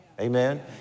Amen